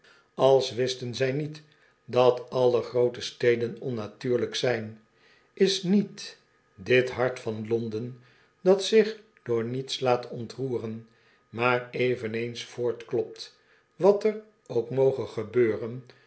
als wisten zij niet dat alle groote steden onnatuurlyk zyn is niet dit hart van londen dat zich door niets laat ontroeren maar eveneens voortklopt wat er ook moge gebeuren